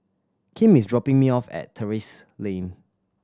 Kim is dropping me off at Terrasse Lane